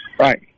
Right